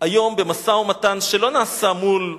היום במשא-ומתן, שלא נעשה מול האויב,